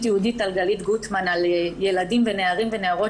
תיעודית של גלית גוטמן על ילדים ונערים ונערות